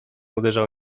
uderzał